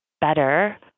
better